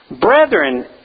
Brethren